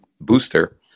booster